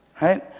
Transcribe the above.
right